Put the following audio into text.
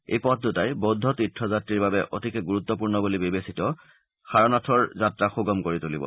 এই পথ দুটাই বৌদ্ধ তীৰ্থ যাত্ৰীৰ বাবে অতিকে গুৰুত্বপূৰ্ণ বুলি বিবেচিত সাৰনাথৰ যাত্ৰা সুগম কৰি তুলিব